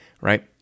right